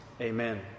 Amen